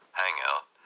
hangout